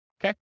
Okay